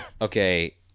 okay